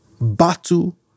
battle